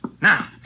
Now